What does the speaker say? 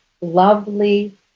lovely